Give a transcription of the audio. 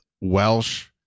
Welsh